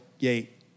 gate